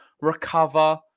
recover